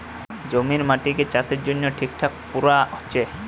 জমির মাটিকে চাষের জন্যে ঠিকঠাক কোরা হচ্ছে